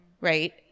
right